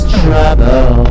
trouble